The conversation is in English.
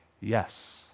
Yes